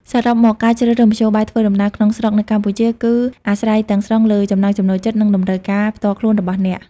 សរុបមក ការជ្រើសរើសមធ្យោបាយធ្វើដំណើរក្នុងស្រុកនៅកម្ពុជា គឺអាស្រ័យទាំងស្រុងលើ ចំណង់ចំណូលចិត្ត និង តម្រូវការផ្ទាល់ខ្លួន របស់អ្នក។